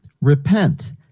repent